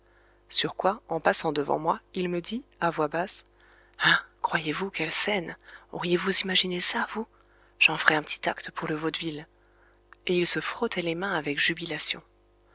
sur quoi en passant devant moi il me dit à voix basse hein croyez-vous quelle scène auriez-vous imaginé ça vous j'en ferai un petit acte pour le vaudeville et il se frottait les mains avec jubilation